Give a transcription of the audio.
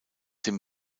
dem